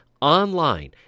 online